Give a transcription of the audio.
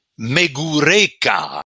Megureka